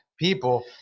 people